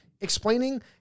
explaining